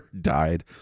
died